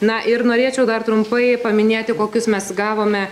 na ir norėčiau dar trumpai paminėti kokius mes gavome